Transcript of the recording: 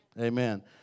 Amen